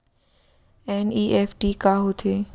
NEFT का होथे?